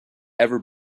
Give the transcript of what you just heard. ever